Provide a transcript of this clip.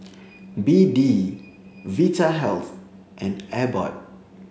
B D Vitahealth and Abbott